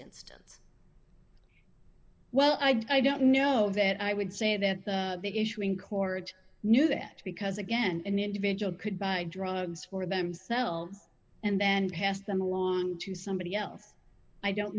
instance well i don't know that i would say that the big issue in court knew that because again an individual could buy drugs for themselves and then pass them along to somebody else i don't